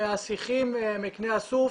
מהשיחים מקני הסוף,